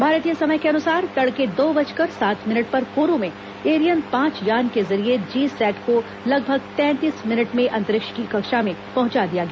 भारतीय समय के अनुसार तड़के दो बजकर सात मिनट पर कोरू में एरियन पांच यान के जरिये जी सैट को लगभग तैंतीस मिनट में अंतरिक्ष की कक्षा में पहंचा दिया गया